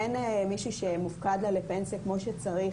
אין מישהי שמופקד לה לפנסיה כמו שצריך